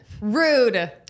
Rude